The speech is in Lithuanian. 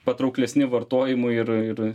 patrauklesni vartojimui ir ir